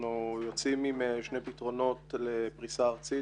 אנחנו יוצאים עם שני פתרונות לפריסה ארצית,